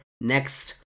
next